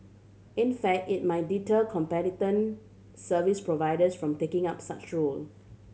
in fact it might deter competent service providers from taking up such role